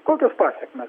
kokios pasekmės